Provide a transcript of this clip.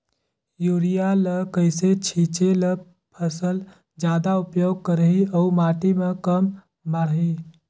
Urea ल कइसे छीचे ल फसल जादा उपयोग करही अउ माटी म कम माढ़ही?